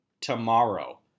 tomorrow